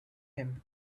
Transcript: him